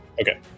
Okay